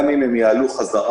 גם אם הם יעלו בחזרה